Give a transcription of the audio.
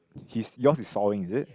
he's your's is sawing is it